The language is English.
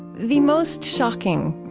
the most shocking,